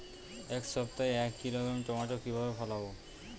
এক সপ্তাহে এক কিলোগ্রাম টমেটো কিভাবে ফলাবো?